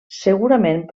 segurament